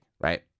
right